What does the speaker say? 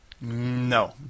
No